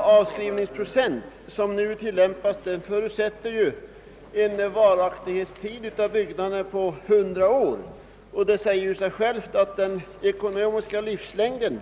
Den avskrivningsprocent som nu tillämpas förutsätter en varaktighetstid hos byggnaderna på 100 år, och det säger sig självt att den ekonomiska livslängden